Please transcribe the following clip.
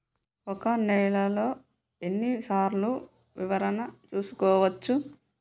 ఒక నెలలో ఎన్ని సార్లు వివరణ చూసుకోవచ్చు?